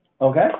okay